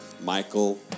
Michael